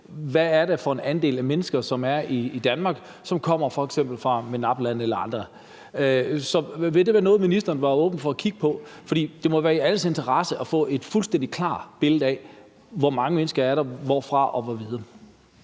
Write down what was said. hvad det er for en andel af mennesker, som er i Danmark, som kommer f.eks. fra MENAPT-lande eller andre lande. Så vil det være noget, ministeren var åben for at kigge på? For det må være i alles interesse at få et fuldstændig klart billede af, hvor mange mennesker der er, hvorfra de er m.v.